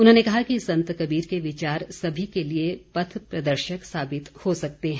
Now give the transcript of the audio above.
उन्होंने कहा कि संत कबीर के विचार सभी के लिए पथ प्रदर्शक साबित हो सकते हैं